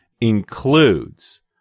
includes